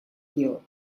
дело